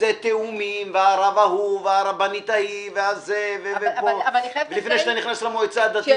זה תיאומים, והרב ההוא, למועצה הדתית,